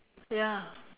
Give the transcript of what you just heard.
ya